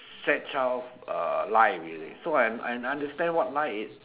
sad childhood uh life you see so I I understand what my it